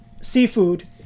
seafood